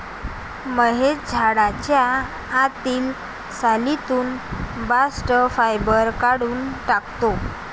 महेश झाडाच्या आतील सालीतून बास्ट फायबर काढून टाकतो